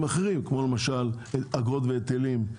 כמו אגרות והיטלים.